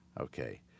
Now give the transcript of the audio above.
Okay